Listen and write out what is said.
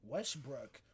Westbrook